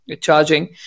charging